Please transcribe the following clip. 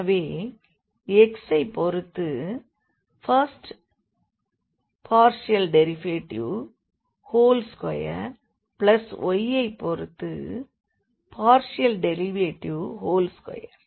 எனவே x ஐ பொறுத்து first partial derivative whole square y ஐ பொறுத்து பார்ஷியல் டெரிவேட்டிவ் ஹோல் ஸ்கொயர்